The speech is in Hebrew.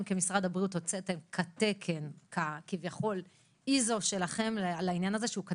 הוצאתם במשרד הבריאות כ-Iso שלכם לעניין הזה שהוא גם,